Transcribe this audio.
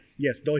Yes